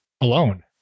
alone